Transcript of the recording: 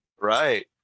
Right